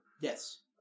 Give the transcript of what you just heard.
Yes